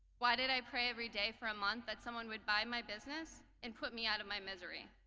why did i pray every day from a month that someone would buy my business and put me out of my misery?